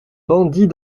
bandit